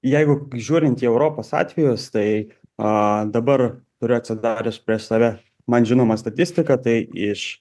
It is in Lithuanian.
jeigu žiūrint į europos atvejus tai a dabar turiu atsidarius prieš save man žinomą statistiką tai iš